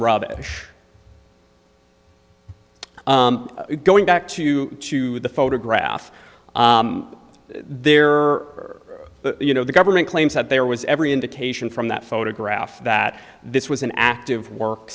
rubbish going back to to the photograph there are you know the government claims that there was every indication from that photograph that this was an active work